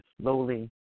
slowly